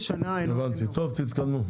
טוב, תתקדמו.